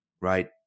right